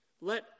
Let